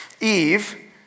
Eve